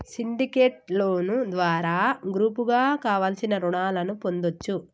syndicate loan ద్వారా గ్రూపుగా కావలసిన రుణాలను పొందొచ్చు